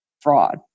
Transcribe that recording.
fraud